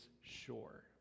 sure